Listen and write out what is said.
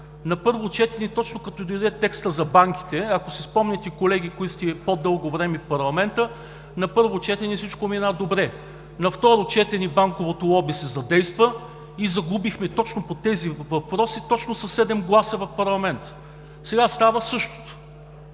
На първо четене точно като дойде текстът за банките, ако си спомняте, колеги, които сте по-дълго време в парламента, на първо четене всичко мина добре. На второ четене банковото лоби се задейства и точно по тези въпроси загубихме със седем гласа в парламента. Сега става същото.